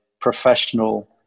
professional